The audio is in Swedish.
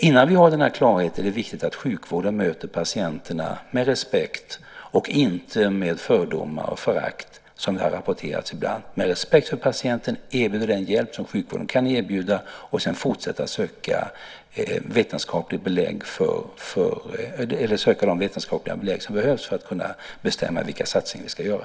Innan vi har den klarheten är det emellertid viktigt att sjukvården möter patienterna med respekt - inte med fördomar och förakt, som det ibland har rapporterats om. Med respekt för patienten måste vi erbjuda den hjälp som sjukvården kan erbjuda, och sedan måste vi fortsätta att söka de vetenskapliga belägg som behövs för att kunna bestämma vilka satsningar vi ska göra.